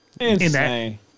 Insane